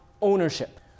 ownership